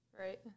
Right